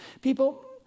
People